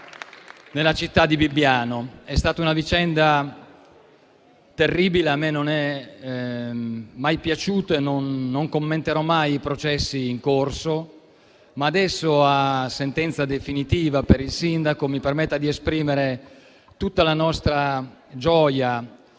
nella città di Bibbiano. È stata una vicenda terribile, a me non è mai piaciuto e non commenterò mai i processi in corso. Adesso, però, dato che c'è una sentenza definitiva per il sindaco, mi permetta di esprimere tutta la nostra gioia